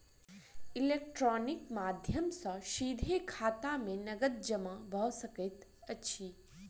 electronical माध्यम सॅ सीधे खाता में नकद जमा भ सकैत अछि